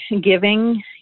giving